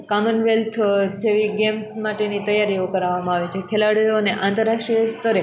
commonwealth જેવી games માટેની તૈયારીઓ કરાવામાં આવે છે ખેલાડીઓને આંતરરાષ્ટ્રિય સ્તરે